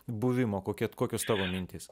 buvimo kokia kokios tavo mintys